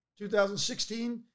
2016